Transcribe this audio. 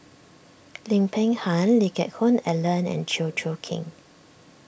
Lim Peng Han Lee Geck Hoon Ellen and Chew Choo Keng